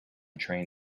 train